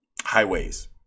highways